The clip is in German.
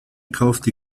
kaufte